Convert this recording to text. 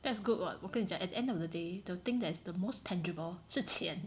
that's good [what] 我跟你讲 at the end of the day the thing that's the most tangible 是钱